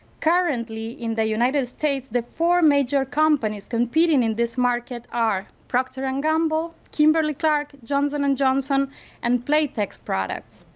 currently in the united states the four major companies competing in this market are proctor and gamble, kimberly-clark, johnson and johnson and playtex products.